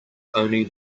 only